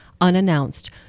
unannounced